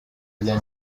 rya